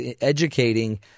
educating